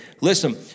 Listen